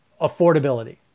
affordability